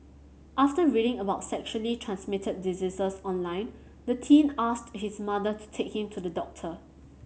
after reading about sexually transmitted diseases online the teen asked his mother to take him to the doctor